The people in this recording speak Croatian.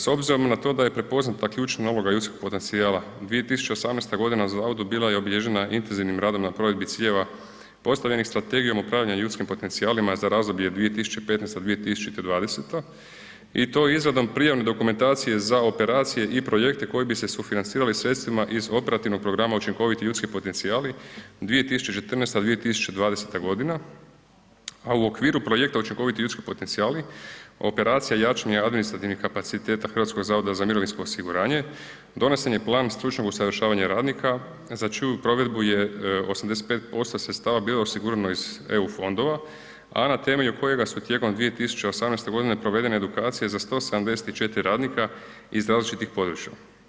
S obzirom na to da je prepoznata ključna uloga ljudskih potencijala 2018. godina na zavodu bila je obilježena intenzivnim radom na provedbi ciljeva postavljenih Strategijom upravljanja ljudskim potencijalima za razdoblje 2015. – 2020. i to izradom prijemne dokumentacije za operacije i projekte koji bi se sufinancirali sredstvima iz Operativnog programa učinkoviti ljudski potencijali 2014. – 2020. godina, a u okviru projekta učinkoviti ljudski potencijali, operacija jačanja administrativnih kapaciteta HZMO-a donesen je plan stručnog usavršavanja radnika za čiju provedbu je 85% sredstava bilo osigurano iz EU fondova, a na temelju kojega su tijekom 2018. godine provedene edukacije za 174 radnika iz različitih područja.